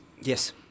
Yes